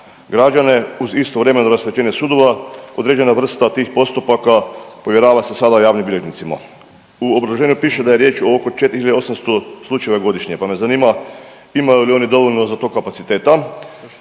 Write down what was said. građane, uz istovremeno rasterećenje sudova određena je vrsta tih postupaka povjerava se sada javnim bilježnicima. U obrazloženju piše da je riječ od oko 4.800 slučajeva godišnje, pa me zanima imaju li oni dovoljno za to kapaciteta